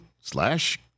slash